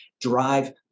drive